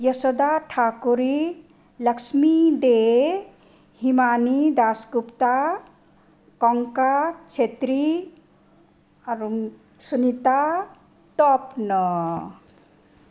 यशोदा ठकुरी लक्ष्मी दे हिमामी दासगुप्त कङ्का छेत्री अरू सुनिता तप्न